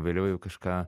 vėliau jau kažką